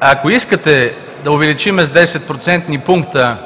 Ако искате да увеличим с 10 процентни пункта